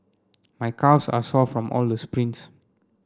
my calves are sore from all the sprints